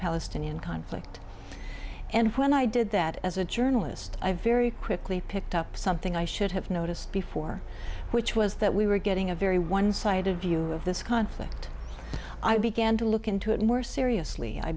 palestinian conflict and when i did that as a journalist i very quickly picked up something i should have noticed before which was that we were getting a very one sided view of this conflict i began to look into it more seriously i